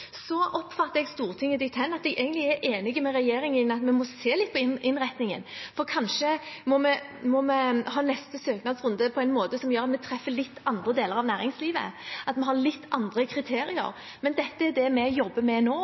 oppfatter Stortinget dit hen at man egentlig er enig med regjeringen i at vi må se litt på innretningen, for kanskje må vi ha neste søknadsrunde på en måte som gjør at vi treffer litt andre deler av næringslivet, at vi har litt andre kriterier. Men dette er det vi jobber med nå,